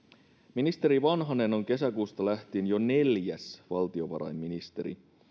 ministeri vanhanen on kesäkuusta lähtien jo neljäs valtiovarainministeri